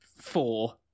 Four